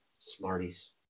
Smarties